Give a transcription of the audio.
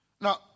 Now